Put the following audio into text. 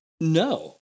No